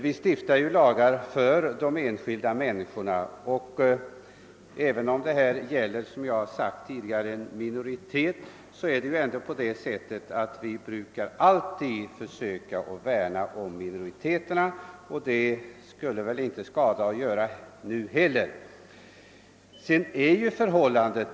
Vi stiftar ju lagar för de enskilda människorna, och även om det i detta fall gäller en minoritet brukar vi ju alltid söka värna om minoriteter, och det skulle väl inte skada att göra detta även 1 det här fallet.